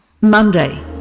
Monday